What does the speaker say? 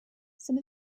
some